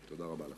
תודה רבה.